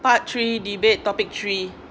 part three debate topic three